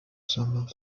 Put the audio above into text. some